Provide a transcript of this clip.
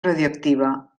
radioactiva